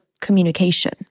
communication